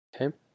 Okay